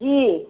जी